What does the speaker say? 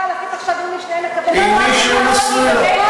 עם מי שהוא נשוי לו.